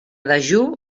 dejú